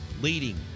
leading